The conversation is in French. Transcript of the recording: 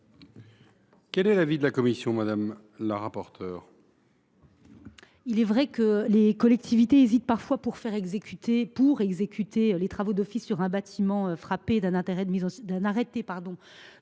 Quel est l’avis de la commission ? Il est vrai que les collectivités hésitent parfois à faire exécuter les travaux d’office sur un bâtiment frappé d’un arrêté